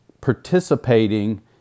participating